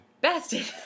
Bastard